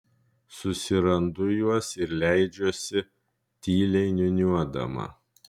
susirandu juos ir leidžiuosi tyliai niūniuodama